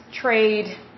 trade